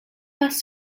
bus